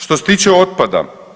Što se tiče otpada.